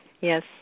Yes